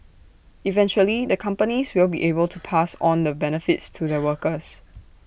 eventually the companies will be able to pass on the benefits to their workers